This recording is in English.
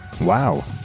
Wow